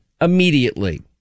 immediately